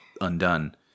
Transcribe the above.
Undone